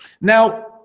Now